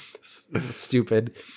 stupid